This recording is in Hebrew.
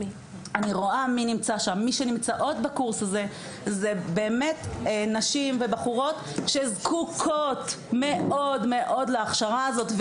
מי שנמצאות בקורס הזה הן נשים ובחורות שזקוקות מאוד להכשרה הזאת,